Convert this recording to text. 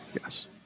yes